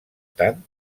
tant